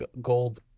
gold